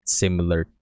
similar